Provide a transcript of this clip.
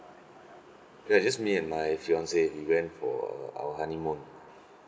ya just me and my fiancee we went for a our honeymoon